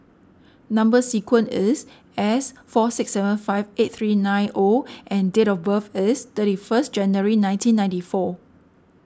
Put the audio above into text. Number Sequence is S four six seven five eight three nine O and date of birth is thirty first January nineteen ninety four